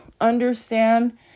understand